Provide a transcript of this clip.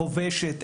חובשת,